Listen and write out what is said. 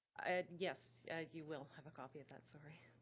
ah yes, you will have a copy of that. sorry.